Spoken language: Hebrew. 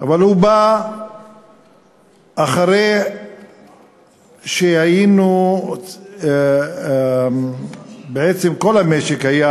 אבל הוא בא אחרי שהיינו, בעצם כל המשק היה,